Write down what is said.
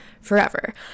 forever